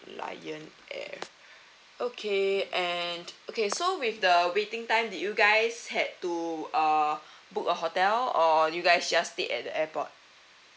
lion air okay and okay so with the waiting time did you guys had to uh book a hotel or do you guys just stayed at the airport